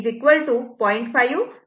5 असे येईल